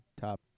top